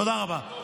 תודה רבה.